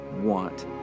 want